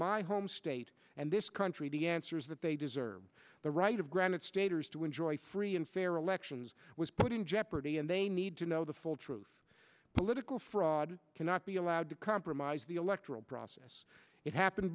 my home state and this country the answers that they deserve the right of granite staters to enjoy free and fair elections was put in jeopardy and they need to know the full truth political fraud cannot be allowed to compromise the electoral process it happened